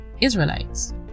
Israelites